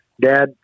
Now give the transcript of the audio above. Dad